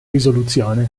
risoluzione